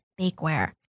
bakeware